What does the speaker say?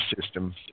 system